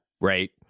right